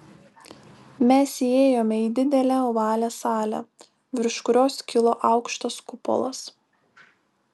mes įėjome į didelę ovalią salę virš kurios kilo aukštas kupolas